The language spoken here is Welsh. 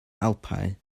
alpau